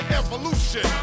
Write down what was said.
evolution